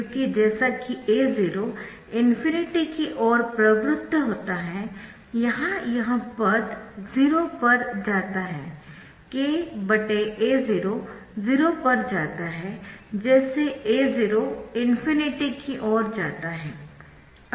क्योंकि जैसा कि A0 ∞ की ओर प्रवृत्त होता है यहाँ यह पद 0 पर जाता है k A0 0 पर जाता है जैसे A0 ∞ की ओर जाता है